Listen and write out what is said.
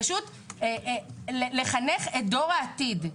פשוט לחנך את דור העתיד,